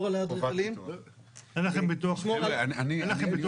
על האדריכלים -- אין לכם ביטוח עצמי?